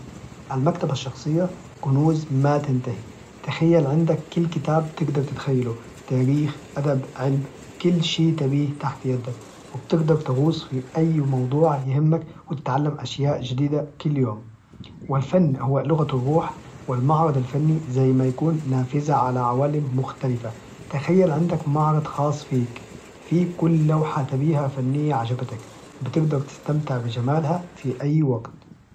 المكتبة الشخصية كنوز ما تنتهي، تخيل عندك كل كتاب تقدر تتخيله! تاريخ، أدب، علم، كل شيء تبيه تحت يدك، وبتقدر تغوص في أي موضوع يهمك وتتعلم أشياء جديدة كل يوم، والفن هو لغة الروح والمعرض الفني زي ما يكون نافزة على عوالم مختلفة تخيل عندك معرض خاص فيك فيه كل لوحة تبيها فنية عجبتك بتقدر تستمتع بجمالها في أي وقت.